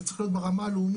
זה צריך להיות ברמה לאומית,